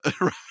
Right